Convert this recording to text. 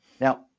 Now